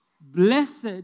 Blessed